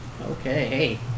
Okay